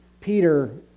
Peter